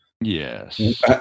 Yes